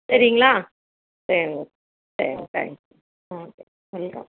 சரிங்களா சரிங்க சரி தேங்க்ஸ் ம் சரி சொல்கிறோம்